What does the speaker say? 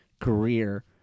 career